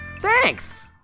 Thanks